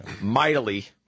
mightily